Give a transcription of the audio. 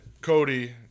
Cody